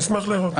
אני אשמח לראות.